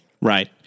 Right